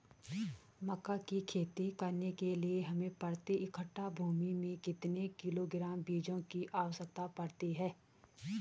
मक्का की खेती करने के लिए हमें प्रति एकड़ भूमि में कितने किलोग्राम बीजों की आवश्यकता पड़ती है?